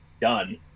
done